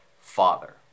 Father